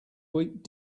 week